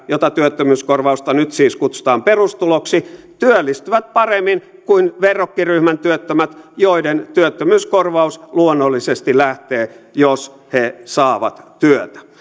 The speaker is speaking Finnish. jota työttömyyskorvausta nyt siis kutsutaan perustuloksi työllistyvät paremmin kuin verrokkiryhmän työttömät joiden työttömyyskorvaus luonnollisesti lähtee jos he saavat työtä